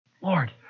Lord